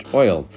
oil